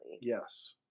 Yes